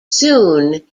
soon